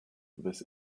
this